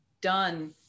done